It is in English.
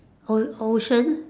o~ ocean